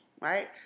Right